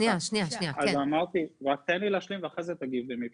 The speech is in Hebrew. תן לי להשלים, ואחרי זה תגיד, אם אפשר.